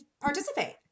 participate